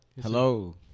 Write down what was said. Hello